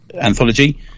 anthology